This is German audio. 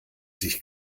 sich